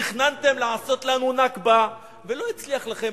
תכננתם לעשות לנו "נכבה" ולא הצליח לכם,